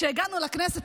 כשהגענו לכנסת,